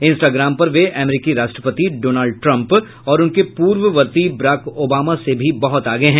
Instagram पर वे अमरीकी राष्ट्रपति डॉनल्ड ट्रम्प और उनके पूर्ववर्ती बराक ओबामा से भी बहुत आगे हैं